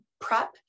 prep